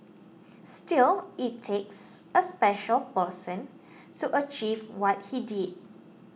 still it takes a special person so achieve what he did